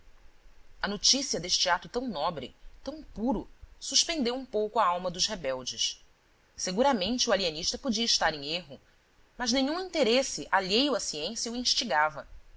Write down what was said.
a notícia deste ato tão nobre tão puro suspendeu um pouco a alma dos rebeldes seguramente o alienista podia estar em erro mas nenhum interesse alheio à ciência o instigava